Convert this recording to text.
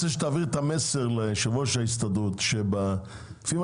אני רוצה שתעביר את המסר ליושב-ראש ההסתדרות לפי מה